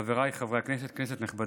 חבריי חברי הכנסת, כנסת נכבדה,